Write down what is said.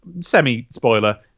semi-spoiler